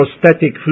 prosthetic